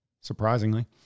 surprisingly